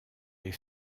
les